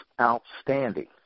outstanding